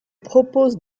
propose